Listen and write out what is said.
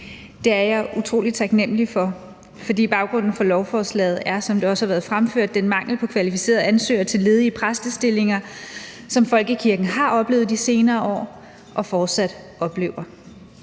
Det er jeg utrolig taknemlig for, for baggrunden for lovforslaget er, som det også har været fremført, den mangel på kvalificerede ansøgere til ledige præstestillinger, som folkekirken har oplevet de senere år og fortsat oplever.